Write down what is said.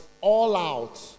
all-out